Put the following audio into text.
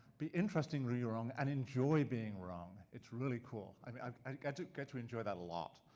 be interestingly wrong and enjoy being wrong. it's really cool. i get get to enjoy that a lot.